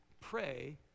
pray